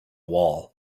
wall